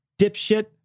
dipshit